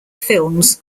films